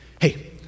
Hey